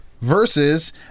versus